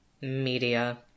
Media